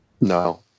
No